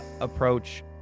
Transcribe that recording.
approach